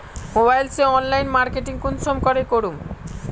Mobile से online marketing कुंसम के करूम?